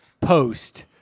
post